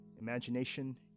Imagination